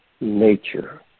nature